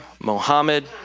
Mohammed